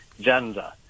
gender